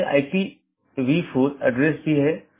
इसलिए उन्हें सीधे जुड़े होने की आवश्यकता नहीं है